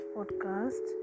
Podcast